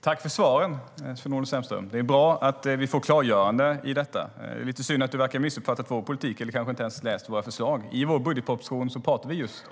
Herr talman! Jag tackar för svaren, Sven-Olof Sällström. Det är bra att vi får klargöranden i fråga om detta. Det är lite synd att du verkar ha missuppfattat vår politik, eller kanske inte ens har läst våra förslag. I vår budgetproposition skriver vi just